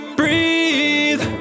breathe